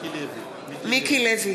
(קוראת בשמות חברי הכנסת) מיקי לוי